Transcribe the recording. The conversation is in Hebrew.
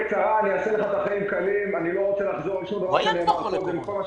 נושא שכבר כמה חודשים